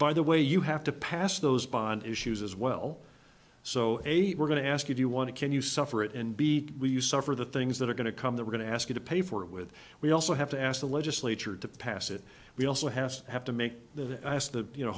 by the way you have to pass those bond issues as well so we're going to ask if you want to can you suffer it and be we you suffer the things that are going to come they're going to ask you to pay for it with we also have to ask the legislature to pass it we also have to have to make the ask the you know